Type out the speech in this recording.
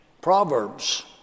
Proverbs